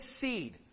seed